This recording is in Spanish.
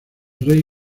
rey